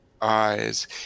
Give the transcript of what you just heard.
eyes